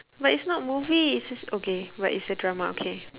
but it's not movie it's it's okay but it's a drama okay